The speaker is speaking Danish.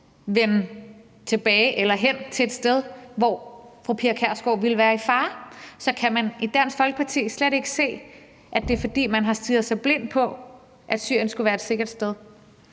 vende tilbage til et sted, hvor fru Pia Kjærsgaard ville være i fare. Så kan man i Dansk Folkeparti slet ikke se, at det er, fordi man har stirret sig blind på, at Syrien skulle være et sikkert sted?